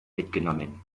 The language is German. mitgenommen